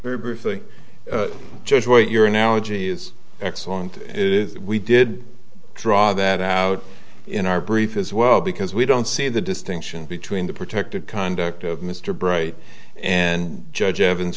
very briefly judge what your analogy is excellent we did draw that out in our brief as well because we don't see the distinction between the protected conduct of mr bright and judge ev